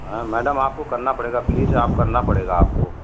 हाँ मैडम आपको करना पड़ेगा प्लीज़ आप करना पड़ेगा आपको